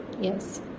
Yes